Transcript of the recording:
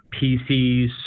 PCs